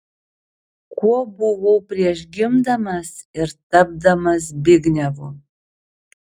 kuo buvau prieš gimdamas ir tapdamas zbignevu